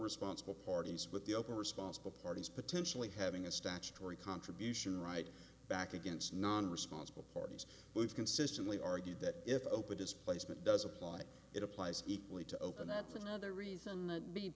responsible parties with the upper responsible parties potentially having a statutory contribution right back against non responsible parties we've consistently argued that if open displacement does apply it applies equally to open that's another reason th